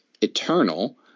eternal